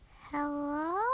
Hello